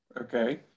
okay